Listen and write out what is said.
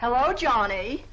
hello johnny